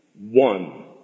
one